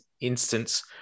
instance